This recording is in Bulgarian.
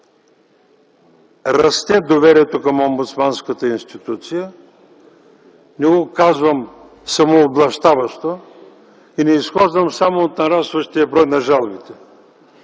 растеше доверието към омбудсманската институция. Не го казвам самооблащаващо и не изхождам само от нарастващия брой на жалбите.